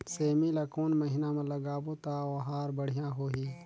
सेमी ला कोन महीना मा लगाबो ता ओहार बढ़िया होही?